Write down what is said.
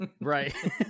Right